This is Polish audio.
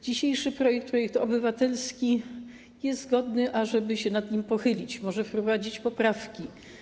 Dzisiejszy projekt, projekt obywatelski, jest godny tego, ażeby się nad nim pochylić, może wprowadzić poprawki.